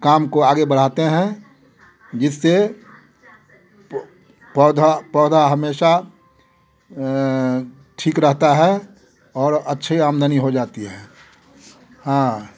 काम को आगे बढ़ाते हैं जिससे पौधा पौधा हमेशा ठीक रहता है और अच्छे आमदनी हो जाती है हाँ